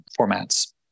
formats